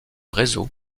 réseau